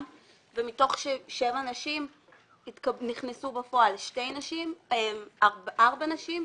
ומתוך שבע נשים נכנסו בפועל ארבע נשים,